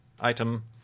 item